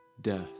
death